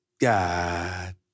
God